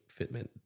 fitment